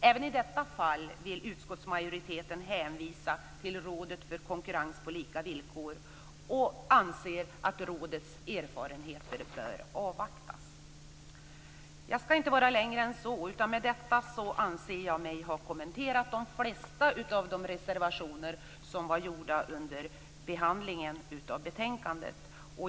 Även i detta fall vill utskottsmajoriteten hänvisa till Rådet för konkurrens på lika villkor och anser att rådets erfarenheter bör avvaktas. Jag skall inte vara längre än så. Med detta anser jag mig ha kommenterat de flesta av de reservationer som har lämnats under behandlingen av betänkandet.